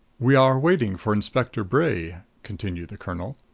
we are waiting for inspector bray, continued the colonel.